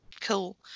Cool